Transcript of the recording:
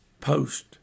post